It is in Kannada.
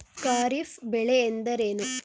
ಖಾರಿಫ್ ಬೆಳೆ ಎಂದರೇನು?